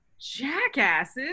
jackasses